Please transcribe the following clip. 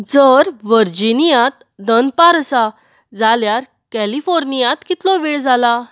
जर व्हर्जिनियांत दनपार असा जाल्यार कॅलिफोर्नियांत कितलो वेळ जाला